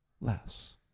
less